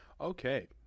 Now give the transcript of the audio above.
Okay